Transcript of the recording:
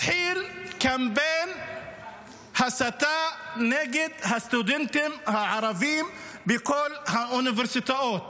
מתחיל קמפיין הסתה נגד הסטודנטים הערבים בכל האוניברסיטאות.